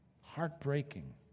heartbreaking